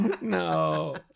No